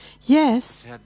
yes